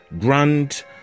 Grant